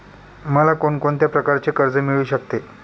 मला कोण कोणत्या प्रकारचे कर्ज मिळू शकते?